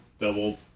double –